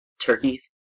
turkeys